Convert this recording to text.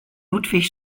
ludwig